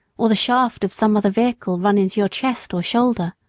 or the shaft of some other vehicle run into your chest or shoulder.